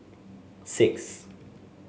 six